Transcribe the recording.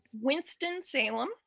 Winston-Salem